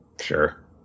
Sure